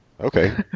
Okay